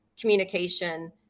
communication